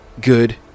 good